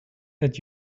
that